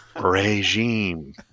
Regime